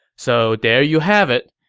so there you have it,